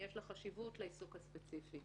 יש חשיבות לעיסוק הספציפי.